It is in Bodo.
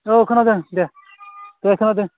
औ खोनादों दे दे खोनादों